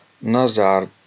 Nazar